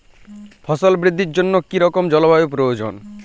ফসল বৃদ্ধির জন্য কী রকম জলবায়ু প্রয়োজন?